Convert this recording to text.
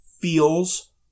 feels